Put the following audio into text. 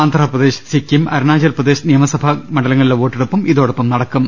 ആന്ധ്രപ്ര ദേശ് സിക്കിം അരുണാചൽപ്രദേശ് നിയമസഭാമണ്ഡലങ്ങളിലെ വോട്ടെ ടുപ്പും ഇതോടൊപ്പം നടക്കും